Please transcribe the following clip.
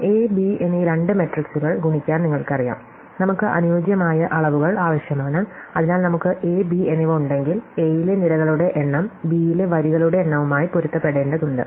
A B എന്നീ രണ്ട് മെട്രിക്സുകൾ ഗുണിക്കാൻ നിങ്ങൾക്കറിയാം നമുക്ക് അനുയോജ്യമായ അളവുകൾ ആവശ്യമാണ് അതിനാൽ നമുക്ക് A B എന്നിവ ഉണ്ടെങ്കിൽ A യിലെ നിരകളുടെ എണ്ണം B യിലെ വരികളുടെ എണ്ണവുമായി പൊരുത്തപ്പെടേണ്ടതുണ്ട്